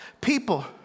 people